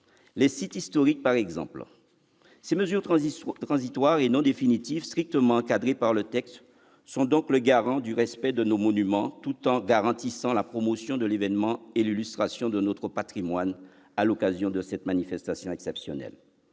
les sites historiques par exemple. Ces mesures transitoires et non définitives, strictement encadrées par le texte, garantissent le respect de nos monuments, tout en permettant la promotion de l'événement et de notre patrimoine à l'occasion de cette manifestation exceptionnelle.